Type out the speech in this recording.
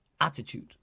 attitude